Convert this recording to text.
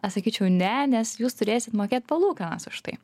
atsakyčiau ne nes jūs turėsit mokėt palūkanas už tai